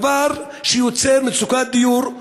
דבר שיוצר מצוקת דיור,